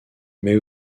mais